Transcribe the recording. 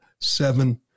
seven